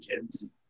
kids